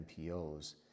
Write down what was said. NPOs